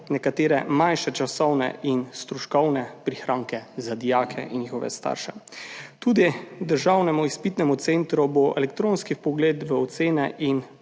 nekatere manjše časovne in stroškovne prihranke za dijake in njihove starše. Tudi za Državni izpitni center bo elektronski vpogled v ocene in